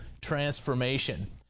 transformation